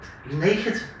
naked